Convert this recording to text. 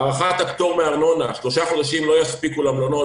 הארכת הפטור מארנונה שלושה חודשים לא יספיקו למלונות,